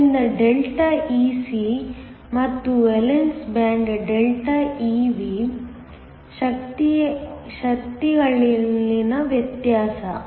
ಆದ್ದರಿಂದ Δ Ec ಮತ್ತು valence band Ev ನ ಶಕ್ತಿಗಳಲ್ಲಿನ ವ್ಯತ್ಯಾಸ